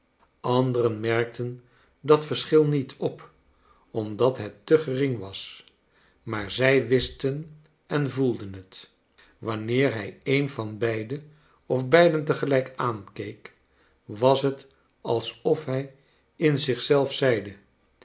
anderen merkten dat verschil niet op omdat het te gering was maar zij wisten en voelden het wanneer hij een van beiden of beiden te gelijk aankeek was het alsof hij in zich zelf zeide